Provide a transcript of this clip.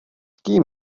kým